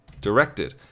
directed